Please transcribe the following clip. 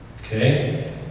okay